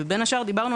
צהריים טובים.